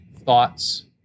thoughts